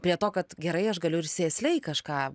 prie to kad gerai aš galiu ir sėsliai kažką